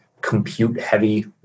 compute-heavy